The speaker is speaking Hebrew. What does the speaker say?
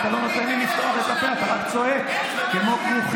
הרי אתה לא נותן לי לדבר, אתה רק צועק כמו כנופיה.